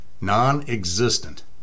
Non-existent